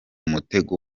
mutego